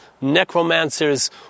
necromancers